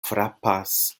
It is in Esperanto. frapas